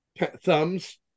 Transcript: thumbs